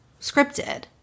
scripted